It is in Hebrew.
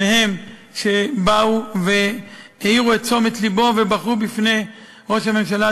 שניהם באו והעירו את תשומת לבו ובכו בפני ראש הממשלה,